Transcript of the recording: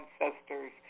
ancestors